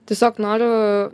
tiesiog noriu